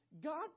God